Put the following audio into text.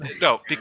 no